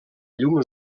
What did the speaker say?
llum